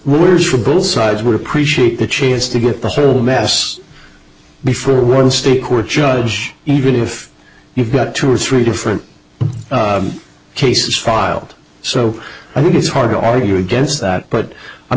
wears for both sides would appreciate the chance to get the whole mess before one state court judge even if you've got two or three different cases filed so i think it's hard to argue against that but i'm